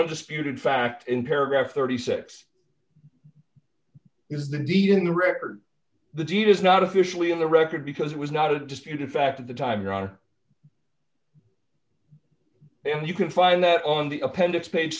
undisputed fact in paragraph thirty six is the deed in the record the deed is not officially in the record because it was not a disputed fact of the time around and you can find that on the appendix pa